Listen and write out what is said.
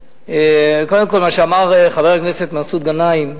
קודם כול, מה שאמר חבר הכנסת מסעוד גנאים,